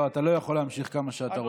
לא, אתה לא יכול להמשיך כמה שאתה רוצה.